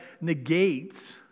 negates